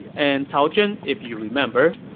and cao zhen, if you remember,